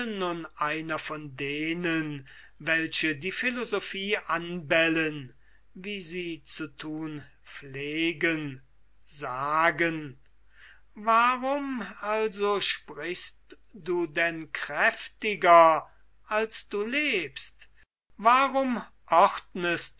einer von denen welche die philosophie anbellen wie sie zu thun pflegen sagen warum also sprichst du denn kräftiger als du lebst warum ordnest du